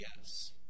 yes